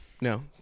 No